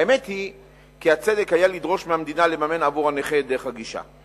האמת היא כי מן הצדק היה לדרוש מהמדינה לממן עבור הנכה את דרך הגישה.